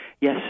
Yes